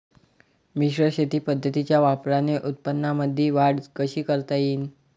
मिश्र शेती पद्धतीच्या वापराने उत्पन्नामंदी वाढ कशी करता येईन?